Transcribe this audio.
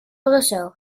brussel